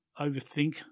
overthink